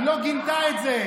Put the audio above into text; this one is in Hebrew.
היא לא גינתה את זה.